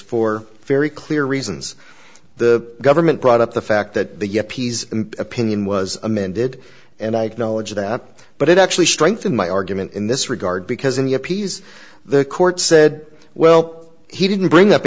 for very clear reasons the government brought up the fact that the yes p's opinion was amended and i acknowledge that but it actually strengthened my argument in this regard because in the appease the court said well he didn't bring up